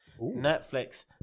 Netflix